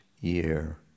year